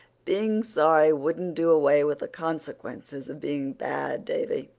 being sorry wouldn't do away with the consequences of being bad, davy.